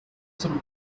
some